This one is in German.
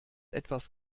etwas